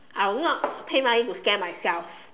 I will not pay money to scare myself